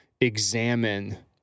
examine